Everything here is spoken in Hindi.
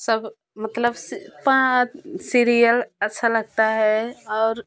सब मतलब पां सीरियल अच्छा लगता है और